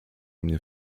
mnie